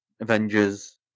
Avengers